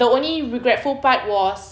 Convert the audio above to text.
the only regretful part was